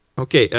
okay.